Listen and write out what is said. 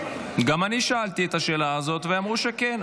--- גם אני שאלתי את השאלה הזאת ואמרו שכן,